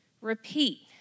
repeat